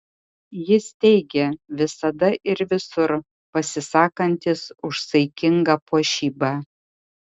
jis teigia visada ir visur pasisakantis už saikingą puošybą